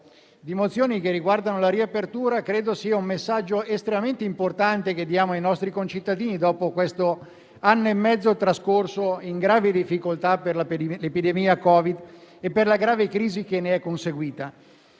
di mozioni che riguardano la riapertura, credo sia un messaggio estremamente importante che diamo ai nostri concittadini, dopo questo anno e mezzo trascorso in gravi difficoltà per l'epidemia da Covid-19 e per la grave crisi che ne è conseguita.